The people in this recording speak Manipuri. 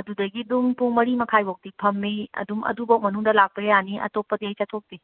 ꯑꯗꯨꯗꯒꯤ ꯑꯗꯨꯝ ꯄꯨꯡ ꯃꯔꯤ ꯃꯈꯥꯏꯐꯧꯗꯤ ꯐꯝꯃꯤ ꯑꯗꯨꯝ ꯑꯗꯨꯐꯧ ꯃꯅꯨꯡꯗ ꯂꯥꯛꯄ ꯌꯥꯅꯤ ꯑꯇꯣꯞꯄꯗꯤ ꯑꯩ ꯆꯠꯊꯣꯛꯇꯦ